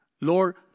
Lord